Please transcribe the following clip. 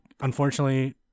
unfortunately